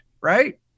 Right